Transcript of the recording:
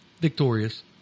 victorious